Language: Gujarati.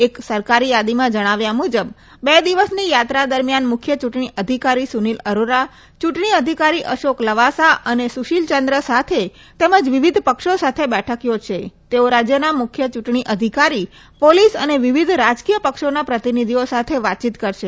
એક સરકારી થાદીમાં જણાવ્યા મુજબ બે દિવસની યાત્રા દરમ્યાન મુખ્ય યુંટણી અધિકારી સુનીલ અરોરા યુંટણી અધિકારી અશોક અલાવા અને સુશીલચંદ્ર સાથે તેમજ વિવિધ પક્ષો સાથે બેઠક યોજાશે તેઓ રાજ્યના મુખ્ય યુંટણી અધિકારી પોલિસ અને વિવિધ રાજકીય પક્ષોના પ્રતિનિધિઓ સાથે વાતચીત કરશે